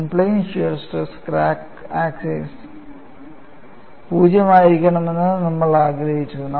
in plane shear stress crack axial 0 ആയിരിക്കണമെന്ന് നമ്മൾ ആഗ്രഹിച്ചു